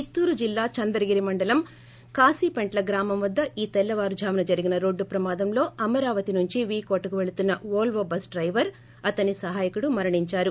చిత్తూరు జిల్లా చంద్రగిరి మండలం కాశి పెంట్ల గ్రామం వద్ద ఈ తెల్లవారు జామున జరిగిన రోడ్లు ప్రమాదంలో అమరావతి నుంచి వీకోట కు పెళుతున్న వోల్వో బస్సు డ్లెవర్ అతని సహాయకుడు మరణించారు